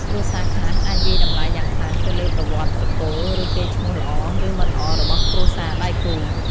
គ្រួសារខ្លះអាចវាយតម្លៃយ៉ាងខ្លាំងទៅលើប្រវត្តិត្រកូល ឬកេរ្តិ៍ឈ្មោះល្អ ឬមិនល្អរបស់គ្រួសារដៃគូ។